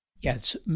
Yes